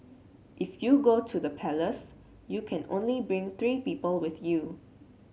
if you go to the palace you can only bring three people with you